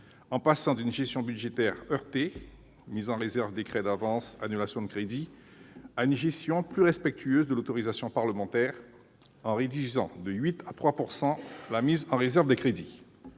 en passant d'une gestion budgétaire heurtée- mise en réserve, décrets d'avance, annulations de crédits -à une gestion plus respectueuse de l'autorisation parlementaire, en réduisant de 8 % à 3 % la mise en réserve des crédits.